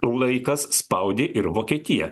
laikas spaudė ir vokietiją